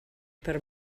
per